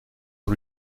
sur